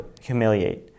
humiliate